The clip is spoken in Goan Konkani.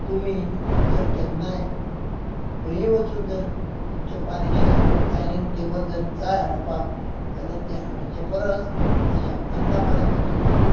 तुमी जर केन्नाय खंयूय वचून जर तुमचें बारीकशें डायनींग टेबल जर जाय हाडपाक जाल्यार तें हाडचे परस शामकांता म्हऱ्यान वचून